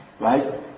Right